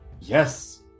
Yes